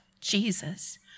Jesus